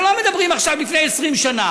אנחנו לא מדברים עכשיו על לפני 20 שנה.